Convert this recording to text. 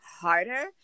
harder